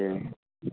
okay